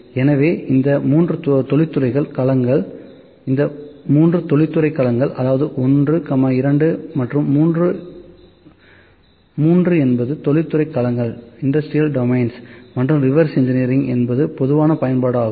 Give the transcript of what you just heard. எனவே இந்த 3 தொழில்துறை களங்கள் அதாவது 1 2 மற்றும் 33 என்பது தொழில்துறை களங்கள் மற்றும் ரிவர்ஸ் இன்ஜினியரிங் என்பது பொதுவான பயன்பாடு ஆகும்